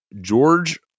George